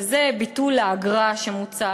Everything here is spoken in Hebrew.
וזה ביטול האגרה שמוצע,